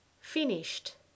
finished